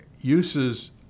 uses